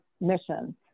mission